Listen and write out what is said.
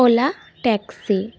ola taxi